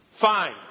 Fine